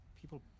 People